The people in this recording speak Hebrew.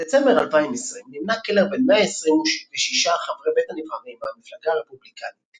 בדצמבר 2020 נמנה קלר בין 126 חברי בית הנבחרים מהמפלגה הרפובליקנית